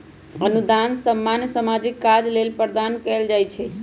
अनुदान सामान्य सामाजिक काज लेल प्रदान कएल जाइ छइ